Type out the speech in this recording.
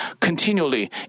continually